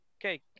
Okay